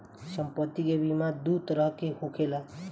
सम्पति के बीमा दू तरह के होखेला